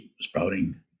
sprouting